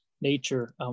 nature